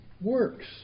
Works